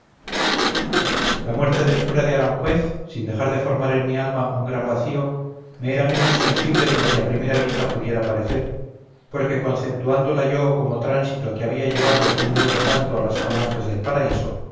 la muerte del cura de aranjuez sin dejar de formar en mi alma un gran vacío me era menos sensible de lo que a primera vista pudiera parecer porque conceptuándola yo como tránsito que había llevado un nuevo santo a las falanges del paraíso